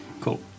Cool